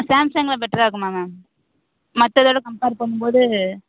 சாம்சங்ல பெட்டராக இருக்குமா மேம் மற்றதோட கம்பேர் பண்ணும்போது